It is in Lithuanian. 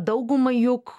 daugumai juk